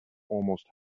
almost